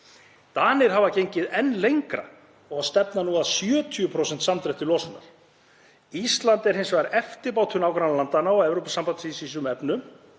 Danir hafa gengið enn lengra og stefna nú að 70% samdrætti losunar. Ísland er hins vegar eftirbátur nágrannalandanna og Evrópusambandsins í þeim efnum,